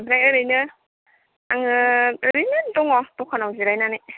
ओमफ्राय ओरैनो आङो ओरैनो दङ दखानाव जिरायनानै